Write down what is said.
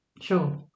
sure